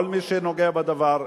כל מי שנוגע בדבר,